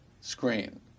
screen